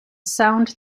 sound